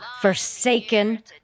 forsaken